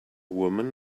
woman